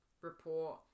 report